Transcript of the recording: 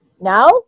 Now